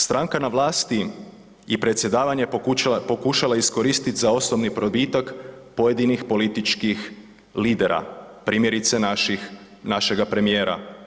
Stranka na vlasti i predsjedavanje pokušala je iskoristit za osobni probitak pojedinih političkih lidera, primjerice našega premijera.